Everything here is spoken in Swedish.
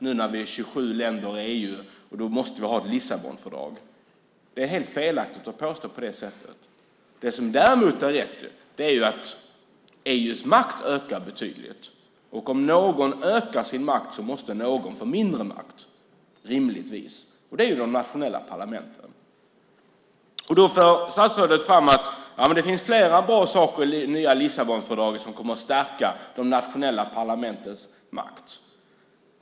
Nu när vi är 27 länder i EU måste vi ha ett Lissabonfördrag. Det är helt felaktigt att påstå det. Det som däremot är rätt är att EU:s makt ökar betydligt. Om någon ökar sin makt måste någon annan rimligtvis få mindre makt. Och det är ju de nationella parlamenten. Då för statsrådet fram att det finns flera bra saker i det nya Lissabonfördraget som kommer att stärka de nationella parlamentens makt.